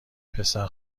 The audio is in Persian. پسر